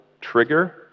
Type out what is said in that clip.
trigger